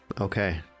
okay